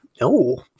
no